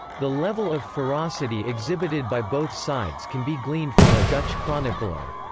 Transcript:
the level of ferocity exhibited by both sides can be gleaned from a dutch chronicler's